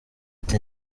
ati